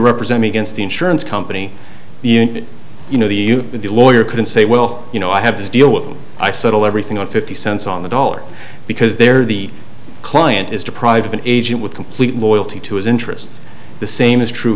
represent me against the insurance company the you know the you with the lawyer couldn't say well you know i have this deal with them i settle everything at fifty cents on the dollar because they're the client is deprived of an agent with complete loyalty to his interests the same is true